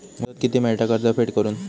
मुदत किती मेळता कर्ज फेड करून?